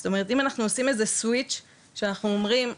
זאת אומרת שאם אנחנו עושים סוויצ' שאנחנו אומרים,